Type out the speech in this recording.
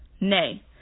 Nay